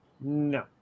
No